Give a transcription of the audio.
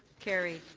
carried.